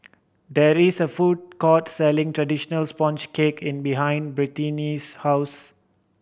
there is a food court selling traditional sponge cake behind Brittani's house